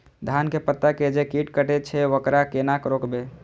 धान के पत्ता के जे कीट कटे छे वकरा केना रोकबे?